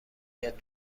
بیاد